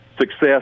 success